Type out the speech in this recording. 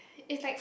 it's like